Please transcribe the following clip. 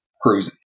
Cruising